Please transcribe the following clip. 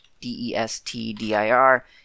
D-E-S-T-D-I-R